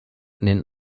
nennt